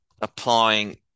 applying